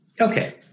Okay